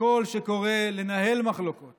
קול שקורא לנהל מחלוקות